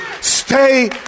stay